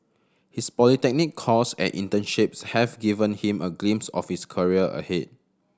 his polytechnic course and internships have given him a glimpse of his career ahead